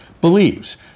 believes